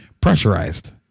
pressurized